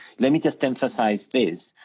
let me just emphasize this,